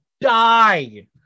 die